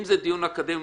אם זה דיון אקדמי,